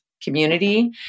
community